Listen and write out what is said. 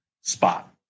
spot